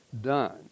done